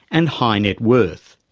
and high net worth.